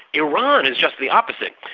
iran is just the opposite.